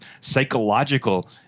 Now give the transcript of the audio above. psychological